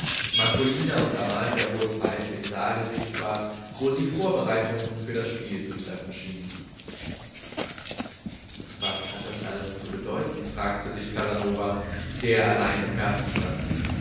marcolina und amalia wurden bald im saale sichtbar wo sie vorbereitungen für das spiel zu treffen schienen was hat das alles zu bedeuten fragte sich casanova der allein im garten stand